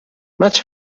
much